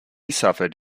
suffered